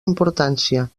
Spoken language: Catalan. importància